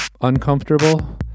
uncomfortable